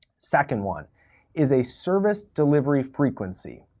second one is a service delivery frequency.